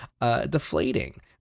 deflating